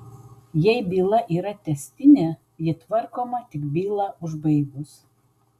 jei byla yra tęstinė ji tvarkoma tik bylą užbaigus